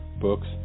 books